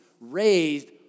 raised